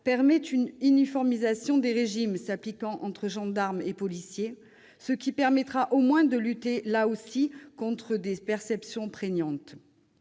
de loi uniformise les régimes s'appliquant aux gendarmes et aux policiers, ce qui permettra au moins de lutter, là aussi, contre des perceptions prégnantes.